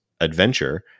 Adventure